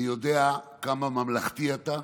אני יודע כמה ממלכתי אתה,